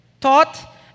taught